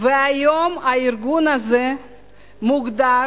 והיום הארגון הזה מוגדר